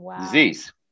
disease